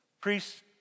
priests